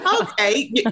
Okay